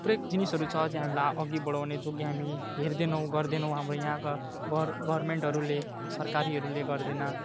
थुप्रै जिनिसहरू छ अझै हामीलाई अघि बढाउने जो कि हामी हेर्दैनौँ गर्दैनौँ हाम्रो यहाँका गर गभर्मेन्टहरूले सरकारीहरूले गर्दैन